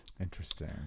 interesting